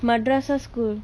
madrasah's school